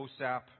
OSAP